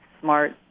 smart